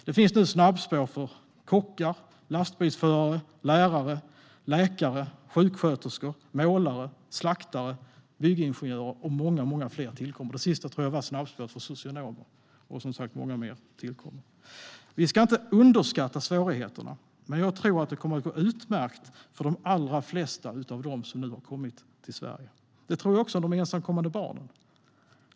Det finns nu snabbspår för kockar, lastbilsförare, lärare, läkare, sjuksköterskor, målare, slaktare och byggingenjörer, och många fler tillkommer. Det senaste tror jag är snabbspåret för socionomer. Vi ska inte underskatta svårigheterna, men jag tror att det kommer att gå utmärkt för de allra flesta av dem som nu har kommit till Sverige. Det tror jag också om de ensamkommande barnen.